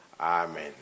Amen